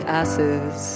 asses